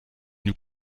nous